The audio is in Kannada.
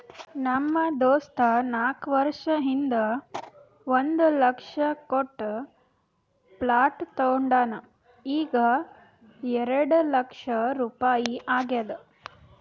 ನಮ್ ದೋಸ್ತ ನಾಕ್ ವರ್ಷ ಹಿಂದ್ ಒಂದ್ ಲಕ್ಷ ಕೊಟ್ಟ ಪ್ಲಾಟ್ ತೊಂಡಾನ ಈಗ್ಎರೆಡ್ ಲಕ್ಷ ರುಪಾಯಿ ಆಗ್ಯಾದ್